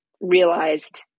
realized